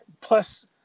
plus